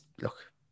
look